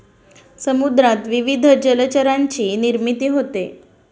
समुद्रात विविध जलचरांची निर्मिती होते